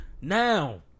Now